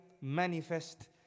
manifest